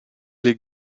les